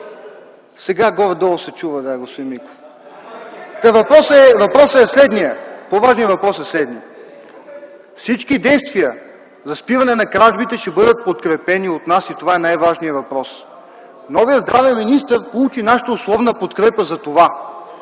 Сега горе-долу се чува, господин Миков. (Шум, оживление.) Въпросът, по-важният въпрос е следният: всички действия за спиране на кражбите ще бъдат подкрепени от нас и това е най-важният въпрос. Новият здравен министър получи нашата условна подкрепа за това,